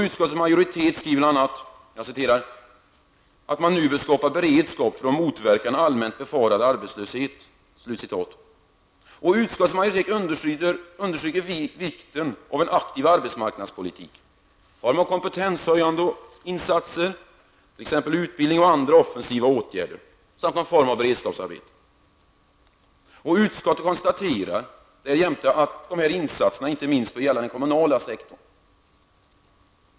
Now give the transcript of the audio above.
Utskottets majoritet skriver bl.a. ''att man nu bör skapa beredskap för att motverka en allmänt befarad arbetslöshet''. Utskottets majoritet understryker vidare vikten av en aktiv arbetsmarknadspolitik i form av kompetenshöjande insatser, t.ex. utbildning och andra offensiva åtgärder, samt någon form av beredskapsarbeten. Utskottet konstaterar därjämte att dessa insatser inte minst bör gälla den kommunala sektorn.